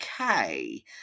okay